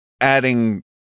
adding